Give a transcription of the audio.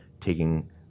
taking